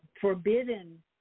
forbidden